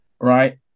right